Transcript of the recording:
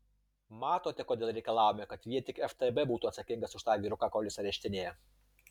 matote kodėl reikalavome kad vien tik ftb būtų atsakingas už tą vyruką kol jis areštinėje